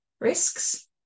risks